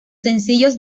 sencillos